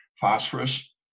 phosphorus